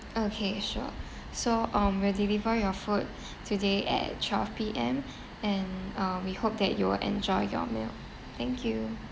okay sure so um we'll deliver your food today at twelve P_M and uh we hope that you will enjoy your meal thank you